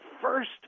first